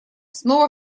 снова